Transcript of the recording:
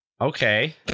Okay